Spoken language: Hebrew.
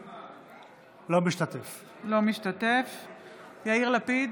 אינו משתתף בהצבעה יאיר לפיד,